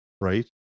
right